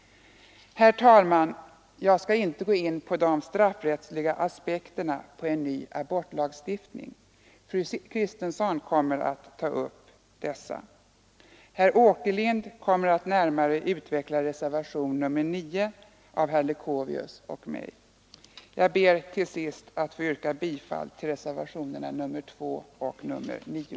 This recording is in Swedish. Herr talman! Jag skall inte gå in på de straffrättsliga aspekterna på en ny abortlagstiftning. Fru Kristensson kommer att ta upp dessa. Herr Åkerlind kommer att närmare utveckla reservationen 9 av herr Leuchovius och mig. Jag ber till sist att få yrka bifall till reservationerna 2 och 9.